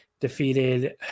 defeated